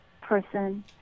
person